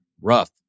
rough